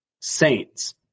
SAINTS